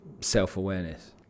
self-awareness